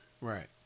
right